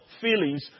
feelings